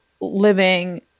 living